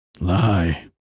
Lie